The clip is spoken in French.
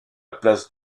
place